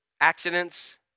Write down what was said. accidents